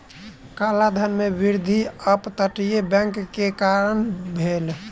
काला धन में वृद्धि अप तटीय बैंक के कारणें भेल